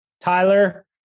Tyler